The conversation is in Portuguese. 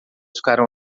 ficaram